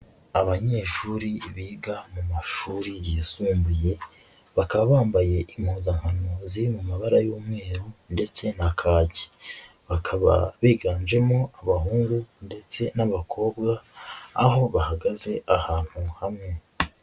Abanyeshuri biga mu mashuri yisumbuye, bakaba bambaye impuzankano ziri mu mabara y'umweru ndetse na kacye. Bakaba biganjemo abahungu ndetse n'abakobwa, aho bahagaze ahantu hamwe.